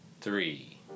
three